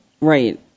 Right